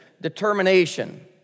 determination